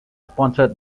sponsored